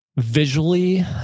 visually